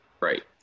Right